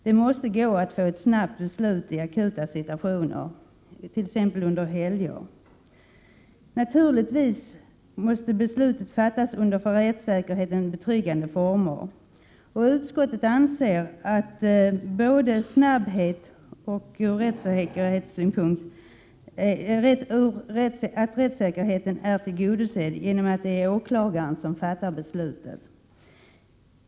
Det måste gå att få ett snabbt beslut i akuta situationer, t.ex. under helger. Beslutet måste naturligtvis fattas under rättssäkerhetsmässigt betryggande former. Utskottet anser att både kravet på snabbhet och på rättssäkerhet tillgodoses genom att det är åklagaren som fattar beslutet.